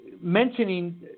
mentioning